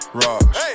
rocks